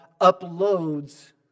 uploads